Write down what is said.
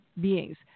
beings